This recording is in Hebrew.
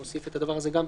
נוסיף גם את הדבר הזה,